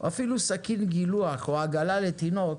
או אפילו סכין גילוח או עגלה לתינוק,